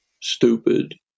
stupid